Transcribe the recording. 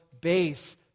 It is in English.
base